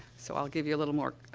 so, i'll give you a little more, ah,